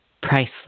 priceless